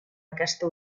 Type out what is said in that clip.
aquesta